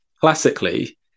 classically